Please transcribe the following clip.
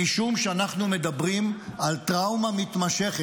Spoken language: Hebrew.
משום שאנחנו מדברים על טראומה מתמשכת,